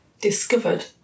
discovered